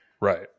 Right